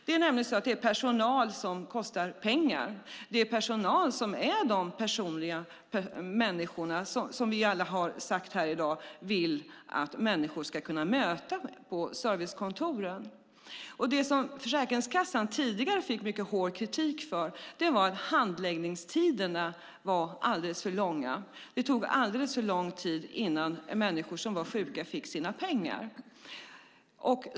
Det är nämligen så att personal kostar pengar, och det är personalen som är de personer som vi alla har sagt här i dag att vi vill att människor ska kunna möta på servicekontoren. Det som Försäkringskassan tidigare fick mycket hård kritik för var att handläggningstiderna var alldeles för långa. Det tog alldeles för lång tid innan människor som var sjuka fick sina pengar.